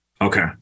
Okay